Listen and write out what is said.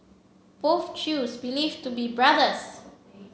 both chews believed to be brothers